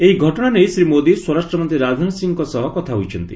ଏହି ଘଟଣା ନେଇ ଶ୍ରୀ ମୋଦି ସ୍ୱରାଷ୍ଟ୍ର ମନ୍ତ୍ରୀ ରାଜନାଥ ସିଂହଙ୍କ ସହ କଥା ହୋଇଛନ୍ତି